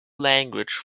language